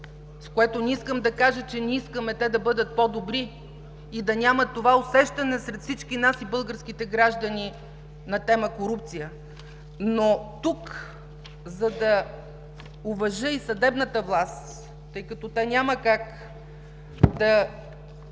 с което не искам да кажа, че не искаме те да бъдат по-добри и да няма това усещане сред всички нас и българските граждани на тема „корупция“. Но тук, за да уважа и съдебната власт, тъй като те няма как да